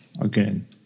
again